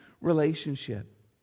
relationship